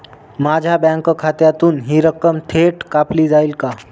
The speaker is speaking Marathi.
माझ्या बँक खात्यातून हि रक्कम थेट कापली जाईल का?